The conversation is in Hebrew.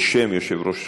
בשם יושב-ראש